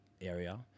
area